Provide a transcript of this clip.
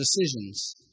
decisions